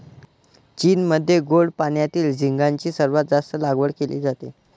चीनमध्ये गोड पाण्यातील झिगाची सर्वात जास्त लागवड केली जाते